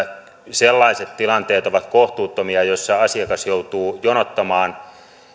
sellaiset tilanteet ovat kohtuuttomia joissa asiakas joutuu jonottamaan